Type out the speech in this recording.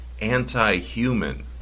anti-human